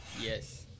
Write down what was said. Yes